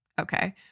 Okay